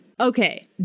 Okay